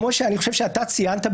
כמו שאתה ציינת,